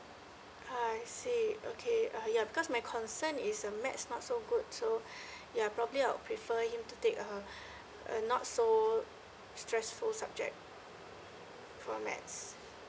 ah I see okay uh ya because my concern is uh maths not so good so ya probably I'll prefer him to take uh a not so stressful subject for maths